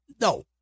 No